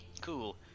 Cool